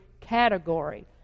category